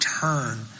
turn